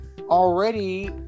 already